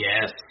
Yes